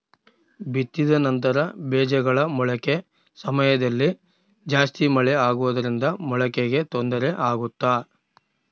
ಬಿತ್ತಿದ ನಂತರ ಬೇಜಗಳ ಮೊಳಕೆ ಸಮಯದಲ್ಲಿ ಜಾಸ್ತಿ ಮಳೆ ಆಗುವುದರಿಂದ ಮೊಳಕೆಗೆ ತೊಂದರೆ ಆಗುತ್ತಾ?